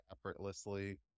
effortlessly